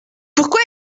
pourquoi